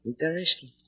interesting